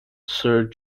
sir